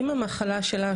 למרות המחלה שלה,